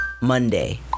Monday